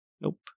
Nope